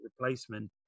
replacement